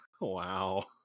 wow